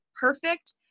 perfect